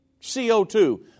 CO2